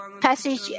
passage